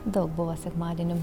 daug buvo sekmadienių